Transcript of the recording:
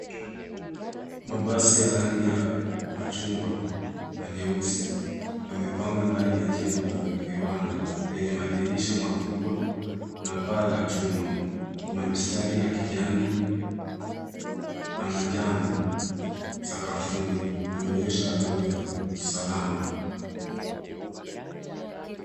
Mabasi ya rangi ya machungwa na nyeusi yamepangwa ndani ya jengo la viwanda, vyenye madirisha makubwa na paa la chuma. Kuna mistari ya kijani na manjano sakafuni inaonyesha alama ya usalama.